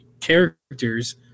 characters